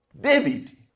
David